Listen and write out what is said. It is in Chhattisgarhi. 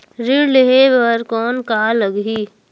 ऋण लेहे बर कौन का लगही?